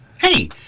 Hey